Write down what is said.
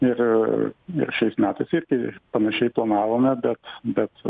ir ir šiais metais irgi panašiai planavome bet bet